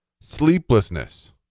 sleeplessness